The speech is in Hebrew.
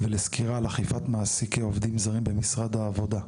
ולסקירה על אכיפת מעסקי עובדים זרים במשרד העבודה.